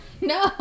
no